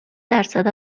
درصد